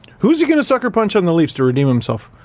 who is he gonna sucker punch on the leafs to redeem himself?